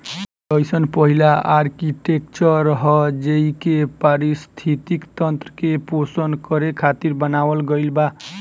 इ अइसन पहिला आर्कीटेक्चर ह जेइके पारिस्थिति तंत्र के पोषण करे खातिर बनावल गईल बा